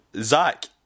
Zach